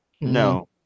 No